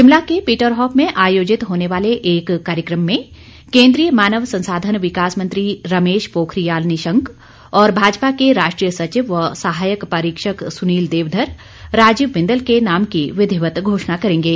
शिमला के Peterhoff में आयोजित होने वाले एक कार्यक्रम में कोन्द्रीय मानव संसाधन विकास मंत्री रमेश पोखरियाल निशंक और भाजपा के राष्ट्रीय सचिव व सहायक परीक्षक सुनील देवधर राजीव बिन्दल के नाम की विधिवत घोषणा करेंगे